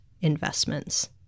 investments